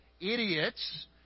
idiots